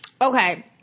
Okay